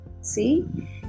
See